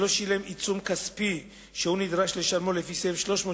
שלא שילם עיצום כספי שהוא נדרש לשלמו לפי סעיף 360